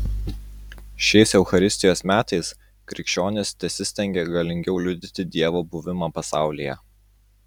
šiais eucharistijos metais krikščionys tesistengia galingiau liudyti dievo buvimą pasaulyje